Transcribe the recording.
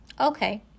okay